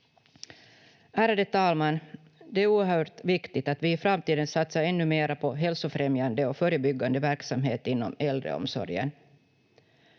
Ärade talman! Det är oerhört viktigt att vi i framtiden satsar ännu mera på hälsofrämjande och förebyggande verksamhet inom äldreomsorgen.